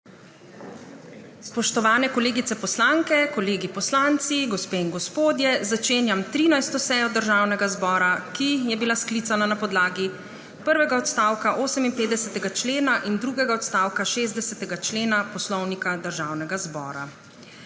Spoštovane kolegice poslanke, kolegi poslanci, gospe in gospodje, začenjam 13. sejo Državnega zbora, ki je bila sklicana na podlagi prvega odstavka 58. člena in drugega odstavka 60. člena Poslovnika Državnega zbora.